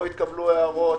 לא התקבלו הערות.